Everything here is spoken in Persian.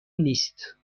نیست